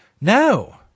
No